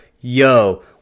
yo